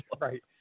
Right